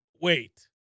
wait